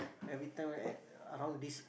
every time at around this